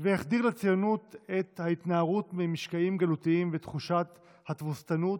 והחדיר לציונות את ההתנערות ממשקעים גלותיים ותחושת התבוסתנות,